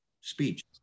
speech